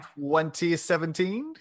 2017